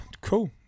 cool